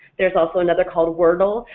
there's also another called wordle,